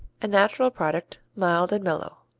a natural product, mild and mellow.